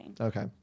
Okay